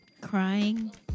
crying